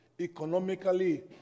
economically